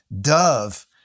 dove